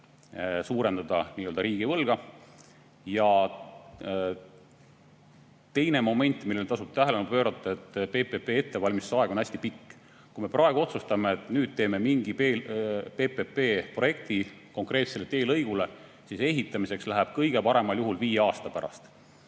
suurendamata riigivõlga. Aga teine moment, millele tasub tähelepanu pöörata: PPP ettevalmistusaeg on hästi pikk. Kui me praegu otsustame, et teeme mingi PPP-projekti konkreetsele teelõigule, siis ehitamiseks läheb kõige paremal juhul viie aasta pärast.